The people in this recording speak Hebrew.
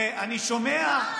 ואני שומע,